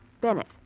Bennett